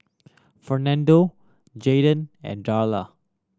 Fernando Jaeden and Darla